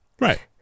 Right